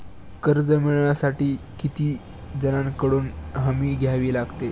कर्ज मिळवण्यासाठी किती जणांकडून हमी द्यावी लागते?